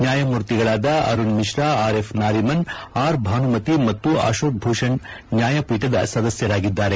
ನ್ಯಾಯಮೂರ್ತಿಗಳಾದ Arun Mishra R F Nariman R Bhanumathi ಮತ್ತು ಅಶೋಕ್ ಭೂಷಣ್ ನ್ಯಾಯಪೀಠದ ಸದಸ್ಯರಾಗಿದ್ದಾರೆ